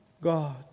God